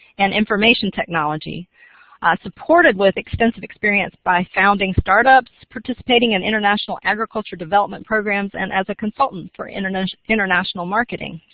and information technology supported with extensive experience by founding start-ups, participating in international agriculture development programs, and as a consultant for international international marketing.